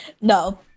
No